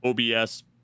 OBS